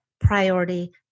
priority